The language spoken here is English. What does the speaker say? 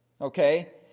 Okay